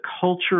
culture